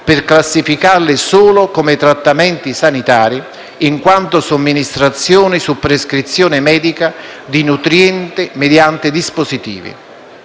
per classificarli solo come trattamenti sanitari, in quanto somministrazioni su prescrizione medica di nutrienti mediante dispositivi.